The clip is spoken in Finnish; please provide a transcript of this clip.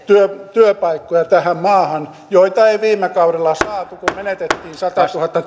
työpaikkoja tähän maahan joita ei viime kaudella saatu kun menetettiin satatuhatta